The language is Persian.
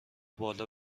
بالا